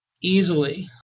easily